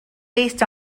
based